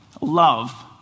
love